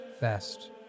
best